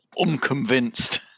unconvinced